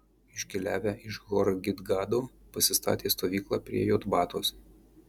iškeliavę iš hor gidgado pasistatė stovyklą prie jotbatos